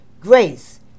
grace